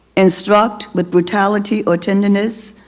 instruct with brutality or tenderness?